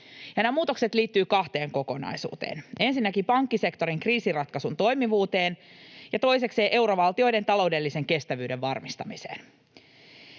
Nämä muutokset liittyvät kahteen kokonaisuuteen, ensinnäkin pankkisektorin kriisiratkaisun toimivuuteen ja toisekseen eurovaltioiden taloudellisen kestävyyden varmistamiseen.